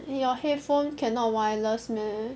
your headphone cannot wireless meh